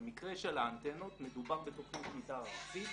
במקרה של האנטנות מדובר בתוכנית מתאר ארצית